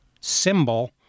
symbol